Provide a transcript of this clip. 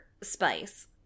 spice